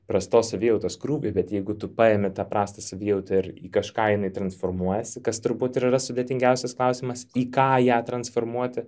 prastos savijautos krūvį bet jeigu tu paimi tą prastą savijautą ir į kažką jinai transformuojasi kas turbūt ir yra sudėtingiausias klausimas į ką ją transformuoti